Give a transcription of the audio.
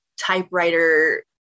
typewriter